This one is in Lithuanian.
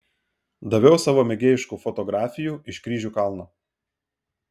daviau savo mėgėjiškų fotografijų iš kryžių kalno